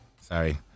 Sorry